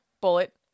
bullet